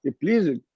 Please